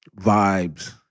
vibes